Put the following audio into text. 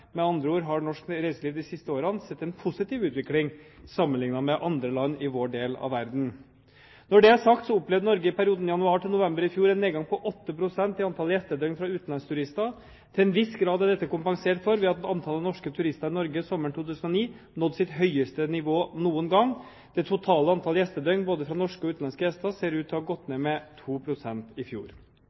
Med andre ord har norsk reiseliv de siste årene sett en positiv utvikling sammenlignet med andre land i vår del av verden. Når det er sagt, så opplevde Norge i perioden januar til november i fjor en nedgang på 8 pst. i antallet gjestedøgn fra utenlandsturister. Til en viss grad er dette kompensert for ved at antallet norske turister i Norge sommeren 2009 nådde sitt høyeste nivå noen gang. Det totale antallet gjestedøgn, både fra norske og utenlandske gjester, ser ut til å ha gått ned med 2 pst. i fjor.